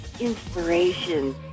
inspiration